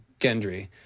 Gendry